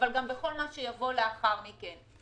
ובכל מה שיבוא לאחר מכן.